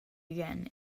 again